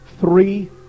three